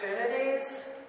opportunities